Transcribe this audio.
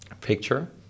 picture